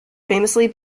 famously